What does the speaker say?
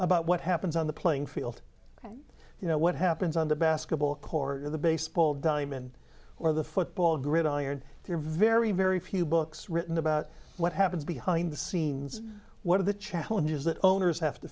about what happens on the playing field and you know what happens on the basketball court or the baseball diamond or the football gridiron they are very very few books written about what happens behind the scenes what are the challenges that owners have to